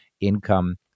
income